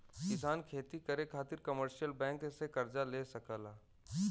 किसान खेती करे खातिर कमर्शियल बैंक से कर्ज ले सकला